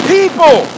People